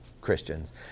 Christians